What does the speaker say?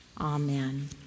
Amen